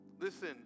Listen